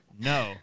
no